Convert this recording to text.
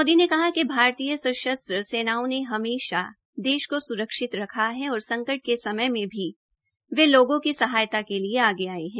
मोदी ने कहाकि भारतीय सशस्त्र सेनाओं ने हमेंशा देश को सुरक्षित रखा है और संकट के समय में भी वे लोगों की सहायता के लिए आगे आये है